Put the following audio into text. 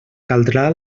caldrà